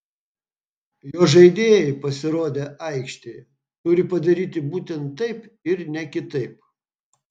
jo žaidėjai pasirodę aikštėje turi padaryti būtent taip ir ne kitaip